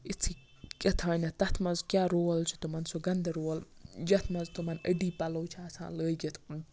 یِژھٕے کیاہ تانیتھ تَتھ منٛز کیاہ رول چھُ تمَن سُہ گَندٕ رول یَتھ منٛز تمَن أڈی پَلو چھِ آسان لٲگِتھ